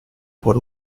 por